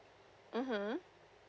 (uh huh)